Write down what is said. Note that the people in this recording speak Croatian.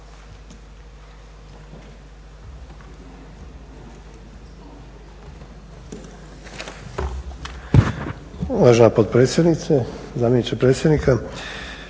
Uvažena potpredsjednice, zamjeniče predsjednika.